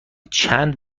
چند